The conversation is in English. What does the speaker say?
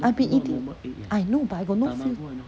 I have been eating I know but I got no feel